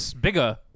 bigger